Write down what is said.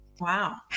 Wow